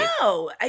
No